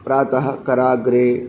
प्रातः कराग्रे